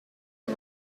are